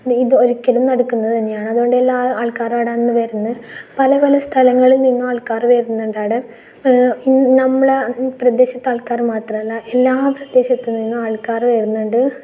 ഇത് ഒരിക്കലും നടക്കുന്നത് തന്നെയാണ് അതുകൊണ്ട് എല്ലാ ആൾക്കാറും ആടെ വരുന്ന് പല പല സ്ഥലങ്ങളിൽ നിന്നും ആൾക്കാർ വരുന്നുണ്ട് അടെ നമ്മള ഈ പ്രദേശത്തെ ആൾക്കാർ മാത്രമല്ല എല്ലാ പ്രദേശത്തു നിന്നും ആൾക്കാർ വരുന്നുണ്ട്